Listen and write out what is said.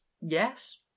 Yes